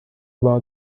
بار